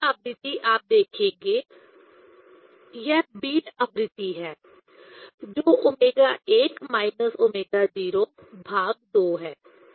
एक और आवृत्ति आप देखेंगे वह बीट आवृत्ति है जो ω1 - ω02 है